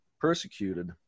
persecuted